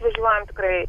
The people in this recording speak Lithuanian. važiuojam tikrai